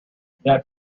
that